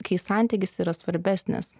kai santykis yra svarbesnis